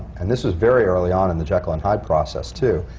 and this was very early on in the jekyll and hyde process, too.